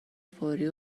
فوری